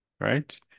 right